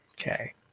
Okay